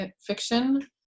fiction